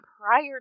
prior